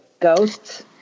Ghosts